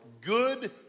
good